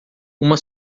uma